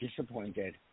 disappointed